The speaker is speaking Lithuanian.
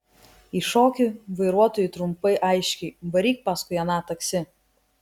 įšoki vairuotojui trumpai aiškiai varyk paskui aną taksi